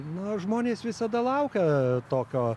na žmonės visada laukia tokio